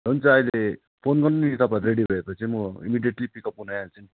हुन्छ अहिले फोन गर्नु नि तपाईँहरू रेडी भए पछि म इमिडिएटली पिक अप गर्नु आइहाल्छु नि